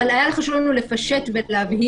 אבל היה חשוב לנו לפשט ולהבהיר.